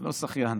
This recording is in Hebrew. לא כשחיין,